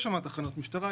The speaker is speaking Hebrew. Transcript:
יש שם תחנות משטרה,